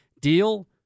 deal